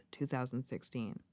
2016